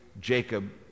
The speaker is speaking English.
Jacob